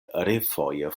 refoje